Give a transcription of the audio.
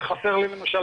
עוסקים בעניין